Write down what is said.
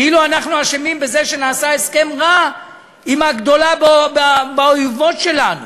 כאילו אנחנו אשמים בזה שנעשה הסכם רע עם הגדולה באויבות שלנו,